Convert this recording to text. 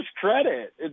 credit